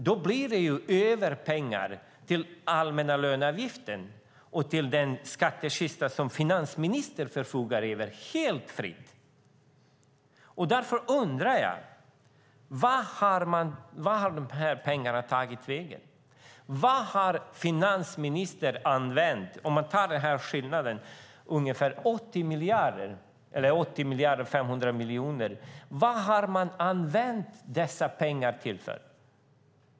Då blir det ju pengar över till den allmänna löneavgiften och till den skattkista som finansministern helt fritt förfogar över. Därför undrar jag: Vart har de här pengarna tagit vägen? Vad har finansministern använt den här mellanskillnaden, ungefär 80 miljarder eller 80,5 miljarder, till?